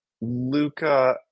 Luca